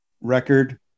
record